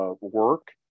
work